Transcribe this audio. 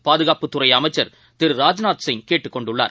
பாதுகாப்புத்துறை அமைச்ச் திரு ராஜ்நாத் சிங் கேட்டுக்கொண்டுள்ளார்